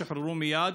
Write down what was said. שוחררו מייד,